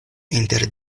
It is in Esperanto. inter